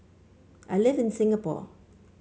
I live in Singapore